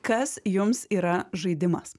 kas jums yra žaidimas